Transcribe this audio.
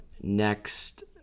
Next